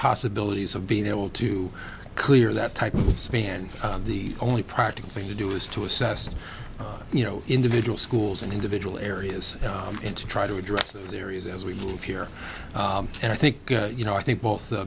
possibilities of being able to clear that type of span the only practical thing to do is to assess you know individual schools and individual areas and to try to address the areas as we move here and i think you know i think both